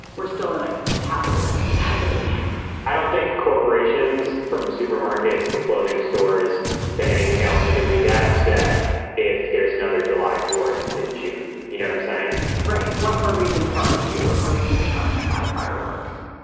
we're still in a capitalist society i don't think corporations from supermarkets to clothing stores to anything else are going to be that upset if there's another july fourth in june. you know, i'm saying right. one more reason to barbecue. one more reason to come by fireworks.